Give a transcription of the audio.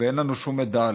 ואין לנו שום מידע עליך".